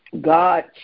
God